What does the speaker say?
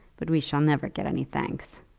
but we shall never get any thanks,